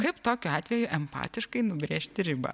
kaip tokiu atveju empatiškai nubrėžti ribą